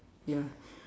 ya